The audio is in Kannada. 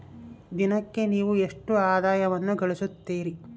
ದಿನಕ್ಕೆ ನೇವು ಎಷ್ಟು ಆದಾಯವನ್ನು ಗಳಿಸುತ್ತೇರಿ?